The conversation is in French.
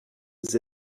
des